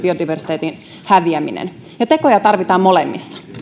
biodiversiteetin häviäminen ja tekoja tarvitaan molemmissa